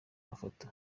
mafoto